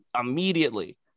immediately